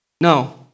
No